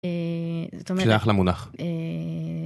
א. אה זאת אומרת... ב. שייך למונח א. אה...